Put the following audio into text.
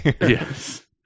Yes